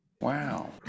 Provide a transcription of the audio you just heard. Wow